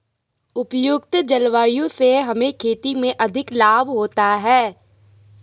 उपयुक्त जलवायु से हमें खेती में अधिक लाभ होता है